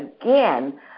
again